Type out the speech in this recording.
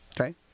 Okay